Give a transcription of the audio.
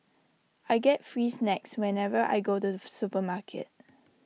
I get free snacks whenever I go to the supermarket